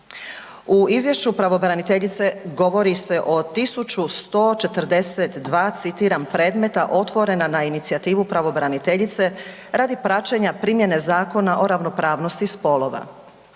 U izvješću pravobraniteljice govori se o 1.142 citiram predmeta otvorena na inicijativu pravobraniteljice radi praćenja primjene Zakona o ravnopravnosti spolova.